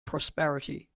prosperity